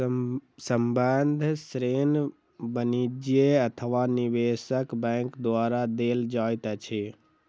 संबंद्ध ऋण वाणिज्य अथवा निवेशक बैंक द्वारा देल जाइत अछि